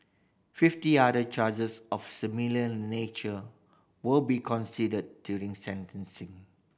fifty other charges of similar nature will be considered during sentencing